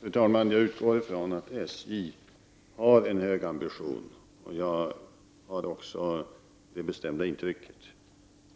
Fru talman! Jag utgår ifrån att SJ har en hög ambitionsnivå. Jag har också det bestämda intrycket